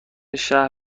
شهر